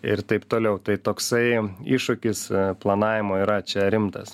ir taip toliau tai toksai iššūkis planavimo yra čia rimtas